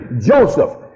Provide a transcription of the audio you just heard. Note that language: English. Joseph